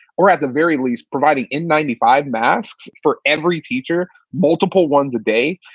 or at the very least providing in ninety five matched for every teacher, multiple ones a day.